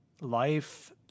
life